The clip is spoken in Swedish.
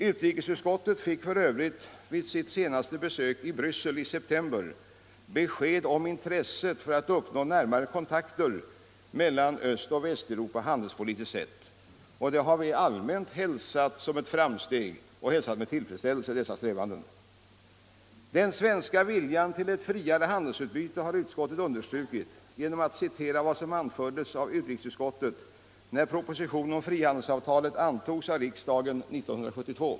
Utrikesutskottet fick för övrigt vid sitt senaste besök i Bryssel i september besked om intresset för att uppnå närmare handelspolitiska kontakter mellan Östoch Västeuropa. Dessa strävanden har vi betraktat som ett framsteg och hälsat med tillfredsställelse. Den svenska viljan till ett friare handelsutbyte har utskottet understrukit genom att citera vad som anfördes av utrikesutskottet när propositionen om frihandelsavtalet antogs av riksdagen 1972.